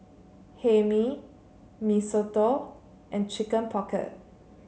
Hae Mee Mee Soto and Chicken Pocket